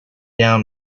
down